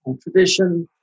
tradition